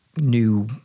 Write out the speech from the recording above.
new